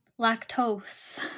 Lactose